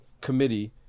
committee